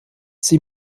sie